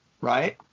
right